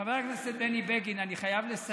חבר הכנסת בני בגין, אני חייב לסיים.